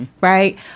right